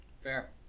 Fair